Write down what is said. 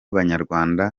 banyarwanda